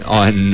on